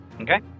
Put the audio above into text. Okay